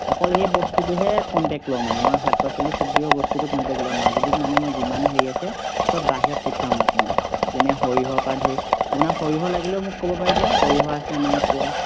অকল সেই বস্তুটোহে কণ্টেক্ট লওঁ মানে মই শাক পাচলি চব্জিৰ বস্তুটো কণ্টেক্ট লওঁ মাজুলীত মানে মই যিমান হেৰি আছে সব বাহিৰত পঠিয়াওঁ মানে যেনে সৰিয়হৰ পৰা ধৰি আপোনাৰ সৰিয়হ লাগিলেও মোক ক'ব পাৰিব সৰিয়হ আছে আমাৰ ইয়াত পূৰা